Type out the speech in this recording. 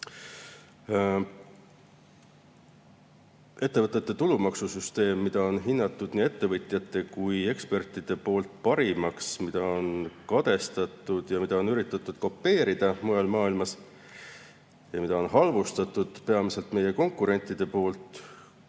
Ettevõtete tulumaksusüsteem, mida on hinnanud nii ettevõtjad kui ka eksperdid parimaks, mida on kadestatud ja mida on üritatud kopeerida mujal maailmas ja mida on halvustanud peamiselt meie konkurendid, on